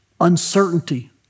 uncertainty